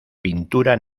pintura